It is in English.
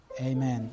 Amen